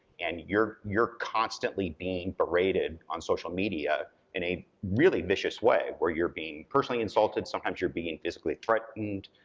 and you're you're constantly being berated on social media in a really vicious way, where you're being personally insulted, sometimes you're being physically threatened,